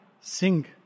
Sing